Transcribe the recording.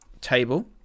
table